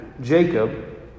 Jacob